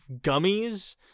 gummies